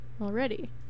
already